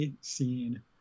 scene